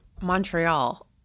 Montreal